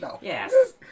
Yes